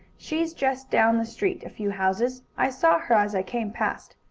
she's just down the street a few houses. i saw her as i came past.